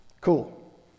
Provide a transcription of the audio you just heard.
Cool